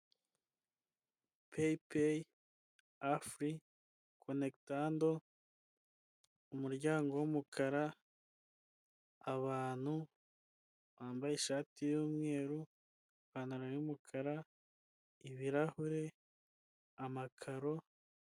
Peyi peyi afuri konegitando, umuryango w'umukara abantu bambaye ishati y'umweru impantaro y'umukara ibirahure amakaro.